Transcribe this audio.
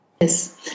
Yes